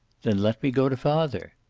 then let me go to father.